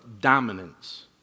dominance